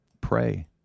Pray